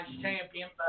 champion